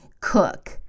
Cook